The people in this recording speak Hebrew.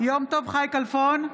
יום טוב חי כלפון,